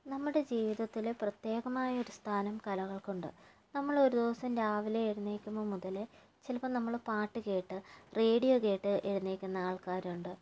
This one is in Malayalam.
നമ്മുടെ ജീവിതത്തില് പ്രത്യേകമായൊരു സ്ഥാനം കലകൾക്കുണ്ട് നമ്മളൊരു ദിവസം രാവിലെ എഴുന്നേൽക്കുമ്പോൾ മുതല് ചിലപ്പോൾ നമ്മള് പാട്ട് കേട്ട് റേഡിയോ കേട്ട് എഴുന്നേൽക്കുന്ന ആൾക്കാരുണ്ട്